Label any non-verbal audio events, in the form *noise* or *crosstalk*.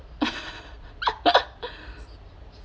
*laughs*